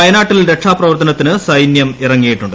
വയനാട്ടിൽ രക്ഷാപ്രവർത്തനത്തിന് സൈന്യം ഇറങ്ങിയിട്ടുണ്ട്